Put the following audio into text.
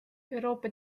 euroopa